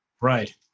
Right